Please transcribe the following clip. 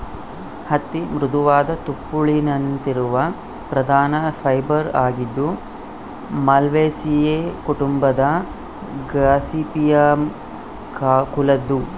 ಹತ್ತಿ ಮೃದುವಾದ ತುಪ್ಪುಳಿನಂತಿರುವ ಪ್ರಧಾನ ಫೈಬರ್ ಆಗಿದ್ದು ಮಾಲ್ವೇಸಿಯೇ ಕುಟುಂಬದ ಗಾಸಿಪಿಯಮ್ ಕುಲದ್ದು